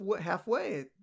halfway